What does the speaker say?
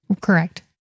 Correct